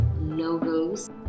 logos